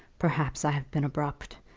perhaps i have been abrupt.